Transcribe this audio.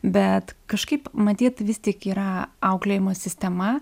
bet kažkaip matyt vis tik yra auklėjimo sistema